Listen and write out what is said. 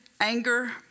anger